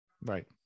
Right